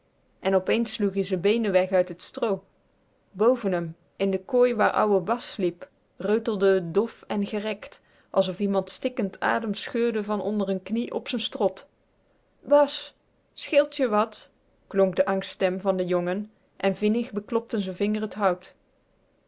en opeens sloeg ie z'n beenen weg uit t stroo boven m in de kooi waar ouwe bas sliep reutelde t dof en gerekt alsof iemand stikkend ademscheurde van onder n knie op z'n strot bas scheelt je wat klonk de angststem van den jongen en vinnig beklopte z'n vinger t hout